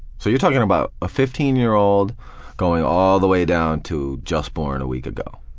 so you're talking about a fifteen year old going all the way down to just born a week ago,